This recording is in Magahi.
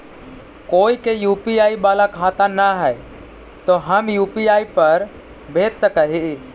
कोय के यु.पी.आई बाला खाता न है तो हम यु.पी.आई पर भेज सक ही?